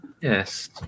Yes